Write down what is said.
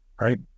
right